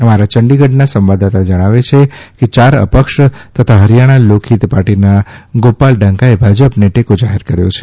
અમારા ચંદીગઢના સંવાદદાતા જણાવે છે કે ચાર અપક્ષ તતા હરિયાણા લોકહિત પાર્ટીના ગોપાલ કાંડાએ ભાજપને ટેકો જાહેર કર્યો છે